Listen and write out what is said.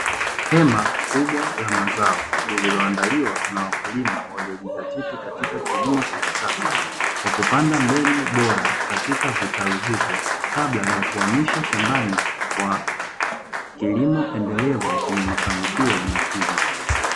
Hema kubwa la mazao lililoandaliwa na wakulima, waliojizatiti katika kilimo cha kisasa kwa kupanda mbegu bora katika vitaru hivyo kabla ya kuhamisha shambani kwa kilimo endelevu chenye mafanikio na tija.